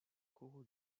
coraux